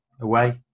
away